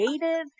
creative